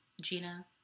Gina